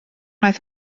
wnaeth